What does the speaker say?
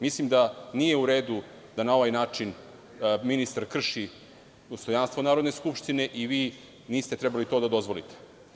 Mislim da nije u redu da na ovaj način ministar krši dostojanstvo Narodne skupštine i vi niste trebali to da dozvolite.